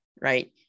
Right